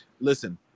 Listen